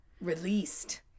Released